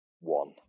one